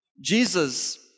Jesus